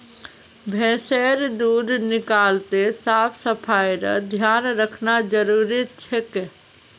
भैंसेर दूध निकलाते साफ सफाईर ध्यान रखना जरूरी छिके